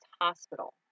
Hospital